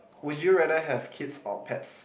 would you rather have kids or pets